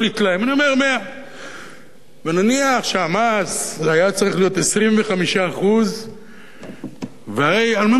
אני אומר 100. נניח שהמס היה צריך להיות 25%. הרי על מה מדובר כאן?